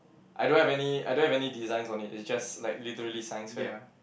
I don't have any I don't have any designs on it it just like literally Science fair